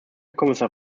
kommissar